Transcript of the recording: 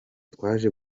twaje